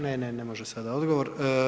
Ne, ne može sada odgovor.